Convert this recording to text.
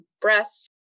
breasts